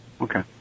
Okay